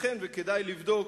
ייתכן שכדאי לבדוק,